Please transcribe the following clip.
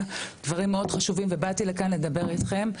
דברים מאוד חשובים ובאתי לכאן לדבר איתכם.